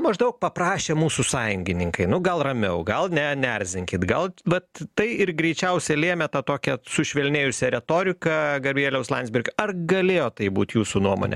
maždaug paprašė mūsų sąjungininkai nu gal ramiau gal ne neerzinkit gal vat tai ir greičiausiai lėmė tą tokią sušvelnėjusią retoriką gabrieliaus landsbergio ar galėjo taip būt jūsų nuomone